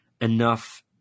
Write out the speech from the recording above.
enough